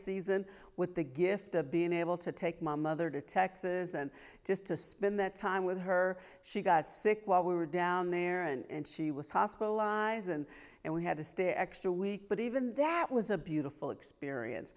season with the gift of being able to take my mother to texas and just to spend that time with her she got sick while we were down there and she was hospitalized and and we had to stay extra week but even that was a beautiful experience